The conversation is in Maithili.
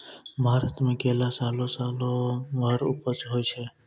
भारत मे केला सालो सालो भर उपज होय छै